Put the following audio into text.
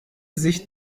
sich